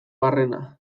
barrena